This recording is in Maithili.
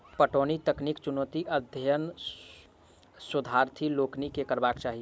पटौनीक तकनीकी चुनौतीक अध्ययन शोधार्थी लोकनि के करबाक चाही